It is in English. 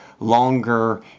longer